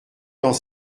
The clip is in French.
dans